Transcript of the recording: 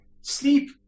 Sleep